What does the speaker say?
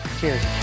cheers